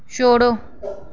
छोड़ो